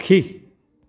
पखी